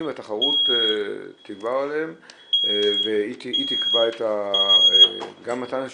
והתחרות תגבר עליהם והיא תקבע גם את עניין השירות.